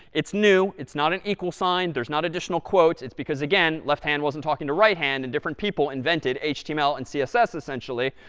it's new. it's not equal sign. there's not additional quotes. it's because, again, left hand wasn't talking to right hand, and different people invented html and css, essentially.